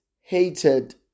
hated